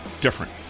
different